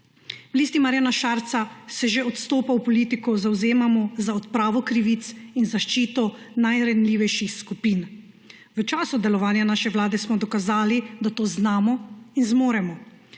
Listi Marjana Šarca se že od vstopa v politiko zavzemamo za odpravo krivic in zaščito najranljivejših skupin. V času delovanja naše vlade smo dokazali, da to znamo in zmoremo.